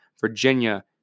Virginia